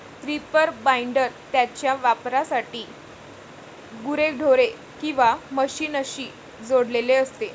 reaper binder त्याच्या वापरासाठी गुरेढोरे किंवा मशीनशी जोडलेले असते